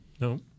No